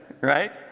Right